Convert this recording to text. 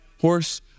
horse